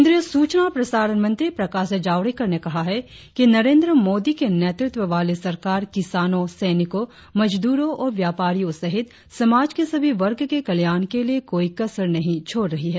केंद्रीय सूचना और प्रसारण मंत्री प्रकाश जावड़ेकर ने कहा है कि नरेंद्र मोदी के नेतृत्व वाली सरकार किसानो सैनिकों मजदूरों और व्यापारियों सहित समाज के सभी वर्ग के कल्याण के लिए कोई कसर नहीं छोड़ रही है